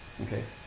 Okay